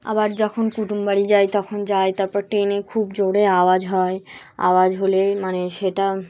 আবার যখন কুটুমবাড়ি যাই তখন যাই তারপর ট্রেনে খুব জোরে আওয়াজ হয় আওয়াজ হলেই মানে সেটা